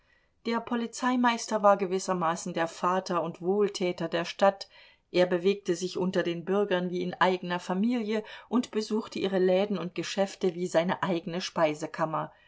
der polizeimeister war gewissermaßen der vater und wohltäter der stadt er bewegte sich unter den bürgern wie in eigener familie und besuchte ihre läden und geschäfte wie seine eigene speisekammer